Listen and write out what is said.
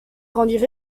rendirent